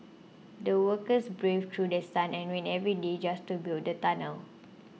the workers braved through sun and rain every day just to build the tunnel